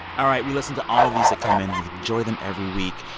all right. we listen to all of these that come in. we enjoy them every week.